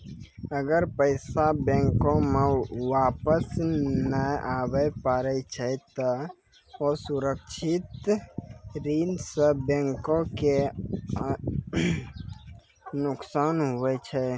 अगर पैसा बैंको मे वापस नै आबे पारै छै ते असुरक्षित ऋण सं बैंको के नुकसान हुवै छै